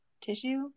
tissue